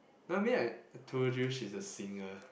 no I mean I told you she is a singer